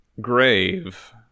grave